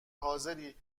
حاضری